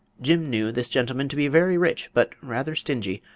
jim knew this gentleman to be very rich but rather stingy,